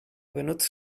benutzt